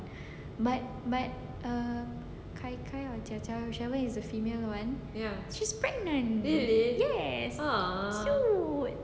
but but uh kai kai or jia jia whichever is the female [one] she's pregnant yes cute